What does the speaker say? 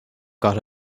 got